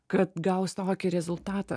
kad gaus tokį rezultatą